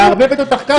היא מערבבת אותך ככה.